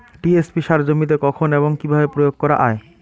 TSP সার জমিতে কখন এবং কিভাবে প্রয়োগ করা য়ায়?